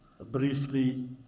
briefly